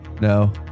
No